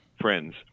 friends